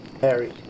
Harry